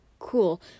Cool